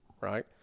right